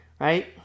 Right